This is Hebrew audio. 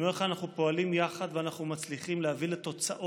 אני אומר לך שאנחנו פועלים יחד ואנחנו מצליחים להביא לתוצאות.